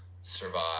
survive